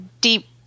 deep